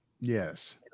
Yes